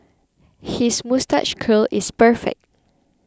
his moustache curl is perfect